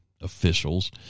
officials